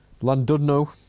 Landudno